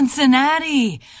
Cincinnati